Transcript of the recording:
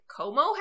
Como